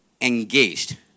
Engaged